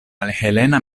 helena